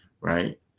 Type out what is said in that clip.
Right